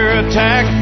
attack